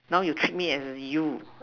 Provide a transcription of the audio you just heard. now you treat me as you